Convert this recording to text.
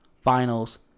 finals